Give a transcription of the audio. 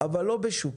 אבל לא בשוק.